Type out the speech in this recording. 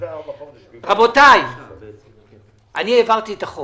אני העברתי את החוק.